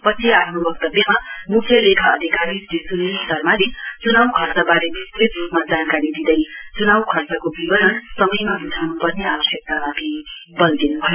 पछि आफ्नो वक्तव्यमा मुख्य लेखा अधिकारी श्री स्निल शर्माले च्नाउ खर्चबारे विस्तृत रूपमा जानकारी दिँदै चुनाउ खर्चको विवरण समयमा बुझाउनुपर्ने आवश्यकतामाथि बल दिन् भयो